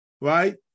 right